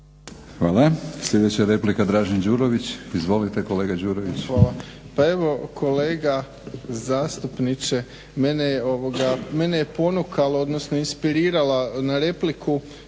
Hvala. Sljedeća replika Dražen Đurović. Izvolite kolega Đurović. **Đurović, Dražen (HDSSB)** Hvala. Pa evo kolega zastupniče, mene je ponukalo odnosno inspirirala na repliku